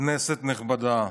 כנסת נכבדה,